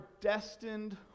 destined